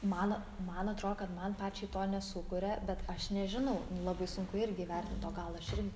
man man atro kad man pačiai to nesukuria bet aš nežinau labai sunku irgi įvertint o gal aš irgi